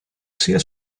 sia